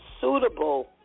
suitable